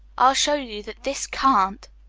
i'll show you that this can't!